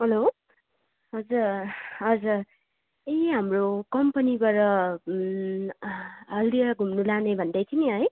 hello हजुर हजुर ए हाम्रो कम्पनीबाट हल्दिया घुम्नु लाने भन्दैथ्यो नि है